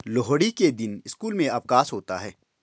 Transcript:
लोहड़ी के दिन स्कूल में अवकाश होता है